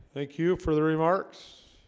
thank you for the remarks